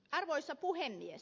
arvoisa puhemies